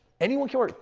anyone care.